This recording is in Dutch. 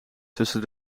tussen